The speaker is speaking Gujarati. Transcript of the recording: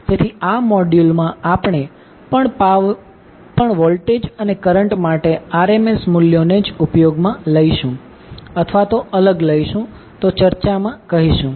તેથી આ મોડ્યૂલ માં આપણે પણ વોલ્ટેજ અને કરંટ માટે RMS મૂલ્યોને જ ઉપયોગ માં લઈશું અથવા તો અલગ લઇશુ તો ચર્ચામા કહીશું